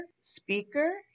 speaker